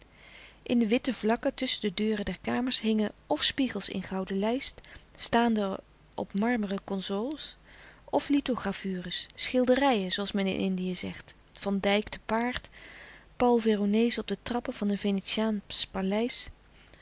in de witte vakken tusschen de deuren der kamers hingen f spiegels in gouden lijst staande op marmeren consoles of lithogravures schilderijen zooals men in indië zegt van dijck te paard paul veronese op de trappen van een venetiaansch